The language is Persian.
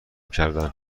کردن